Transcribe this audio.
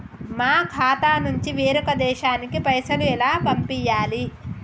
మా ఖాతా నుంచి వేరొక దేశానికి పైసలు ఎలా పంపియ్యాలి?